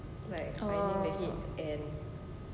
oh